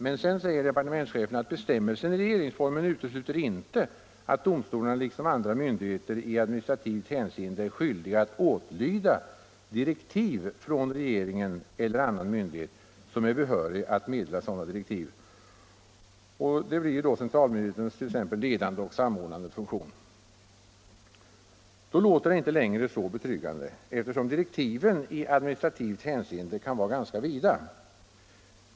Men sedan säger departementschefen att bestämmelsen i regeringsformen inte utesluter att domstolarna liksom andra myndigheter i administrativt hänseende är skyldiga att åtlyda direktiv från regeringen eller annan myndighet som är behörig att meddela sådana direktiv, t.ex. centralmyndighetens ledande och samordnande funktion. Då låter det inte längre så betryggande, eftersom direktiven i administrativt hänseende kan vara ganska vida.